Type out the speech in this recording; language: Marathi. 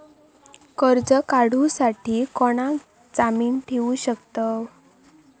कर्ज काढूसाठी कोणाक जामीन ठेवू शकतव?